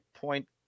point